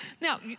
Now